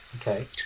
Okay